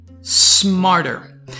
smarter